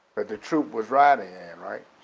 that the troupe was riding in, right?